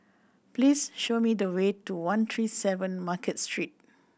please show me the way to one three seven Market Street